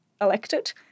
elected